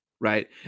right